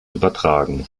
übertragen